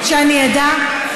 שאני אדע.